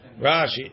Rashi